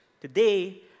Today